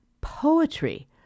poetry